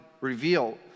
reveal